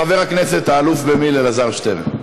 בבקשה, חבר הכנסת האלוף במיל' אלעזר שטרן.